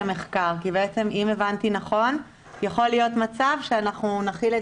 מחקר כי אם הבנתי נכון יכול להיות מצב שאנחנו נחיל את